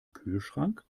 kühlschrank